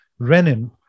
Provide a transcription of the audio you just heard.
renin